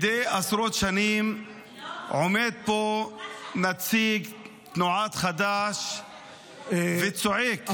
מדי עשרות שנים עומד פה נציג תנועת חד"ש וצועק.